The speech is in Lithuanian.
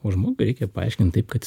o žmogui reikia paaiškint taip kad